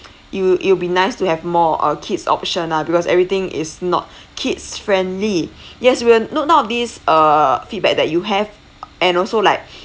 it will it will be nice to have more uh kids option lah because everything is not kids friendly yes we'll note down of this err feedback that you have and also like